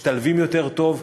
משתלבים יותר טוב,